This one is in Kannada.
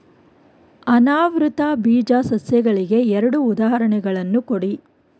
ಅನಾವೃತ ಬೀಜ ಸಸ್ಯಗಳಿಗೆ ಎರಡು ಉದಾಹರಣೆಗಳನ್ನು ಕೊಡಿ